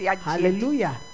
Hallelujah